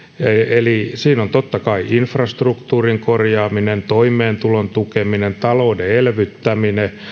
eli siinä on totta kai infrastruktuurin korjaaminen toimeentulon tukeminen talouden elvyttäminen